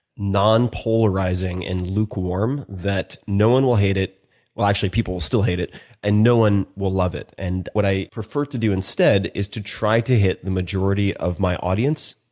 non polarizing, and lukewarm that no one will hate it well, actually people will still hate it and no one will love it. and what i prefer to do instead is to try to hit the majority of my audience,